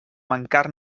mancar